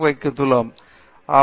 பேராசிரியர் பிரதாப் ஹரிதாஸ் சரி